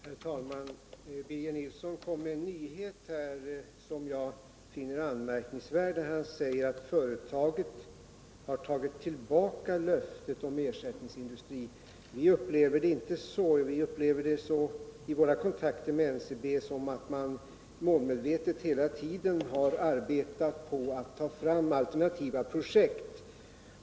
Herr talman! Birger Nilsson kommer här med en nyhet som jag finner anmärkningsvärd, när han säger att företaget har tagit tillbaka löftet om en ersättningsindustri. Vi upplever det inte så. I våra kontakter med NCB har vi hela tiden tyckt oss märka att man målmedvetet har arbetat på att ta fram alternativa projekt.